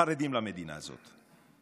חרדים למדינה הזאת.